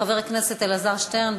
חבר הכנסת אלעזר שטרן,